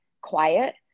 quiet